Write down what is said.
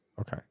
Okay